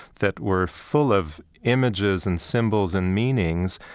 that were full of images and symbols and meanings.